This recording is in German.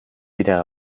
wieder